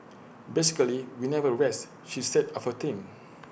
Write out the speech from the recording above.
basically we never rest she said of her team